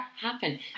happen